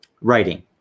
Writing